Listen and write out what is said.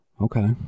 Okay